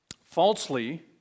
falsely